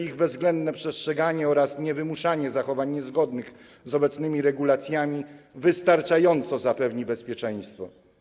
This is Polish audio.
Ich bezwzględne przestrzeganie oraz niewymuszanie zachowań niezgodnych z obecnymi regulacjami wystarczająco zapewnią bezpieczeństwo.